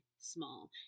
small